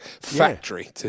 factory